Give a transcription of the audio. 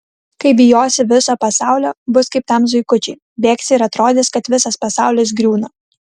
kai bijosi viso pasaulio bus kaip tam zuikučiui bėgsi ir atrodys kad visas pasaulis griūna